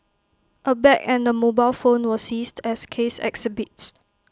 A bag and A mobile phone were seized as case exhibits